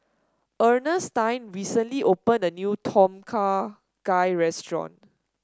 Earnestine recently opened a new Tom Kha Gai restaurant